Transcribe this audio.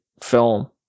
film